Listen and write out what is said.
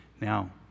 Now